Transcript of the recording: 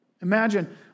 Imagine